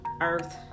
Earth